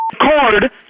card